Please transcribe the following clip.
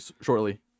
shortly